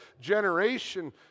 generation